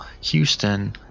houston